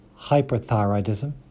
hyperthyroidism